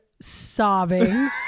sobbing